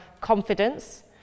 confidence